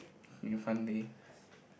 in front leh